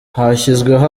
hashyizweho